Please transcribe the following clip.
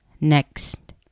next